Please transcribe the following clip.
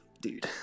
dude